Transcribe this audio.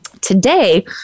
Today